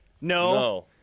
No